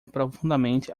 profundamente